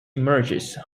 emerges